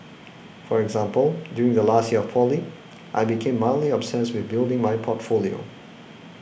for example during the last year of poly I became mildly obsessed with building my portfolio